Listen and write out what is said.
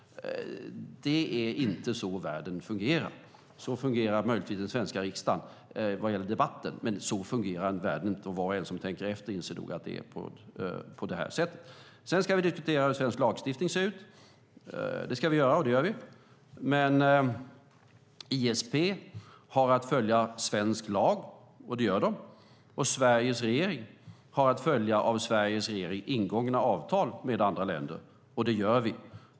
Det är inte så världen fungerar. Så fungerar möjligen den svenska riksdagen vad gäller debatten, men så fungerar inte världen, och var och en som tänker efter inser nog att det är så. Vi ska diskutera hur svensk lagstiftning ser ut. Det ska vi göra, och det gör vi. ISP har att följa svensk lag, och det gör de. Sveriges regering har att följa av Sveriges regering ingångna avtal med andra länder, och det gör vi.